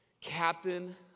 captain